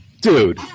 dude